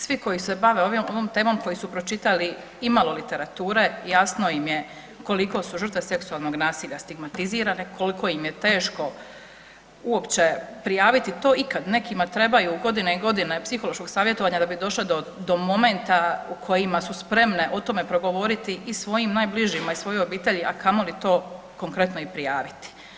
Svi koji se bave ovom temom, koji su pročitali imalo literature, jasno im je koliko su žrtve seksualnog nasilja stigmatizirane, koliko im je teško uopće prijaviti to ikad, nekima trebaju godine i godine psihološkog savjetovanja da bi došle do momenta u kojima su spremne o tome progovoriti i svojim najbližima i svojoj obitelji, a kamoli to konkretno i prijaviti.